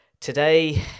Today